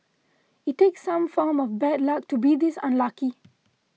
it takes some form of bad luck to be this unlucky